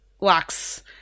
locks